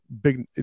big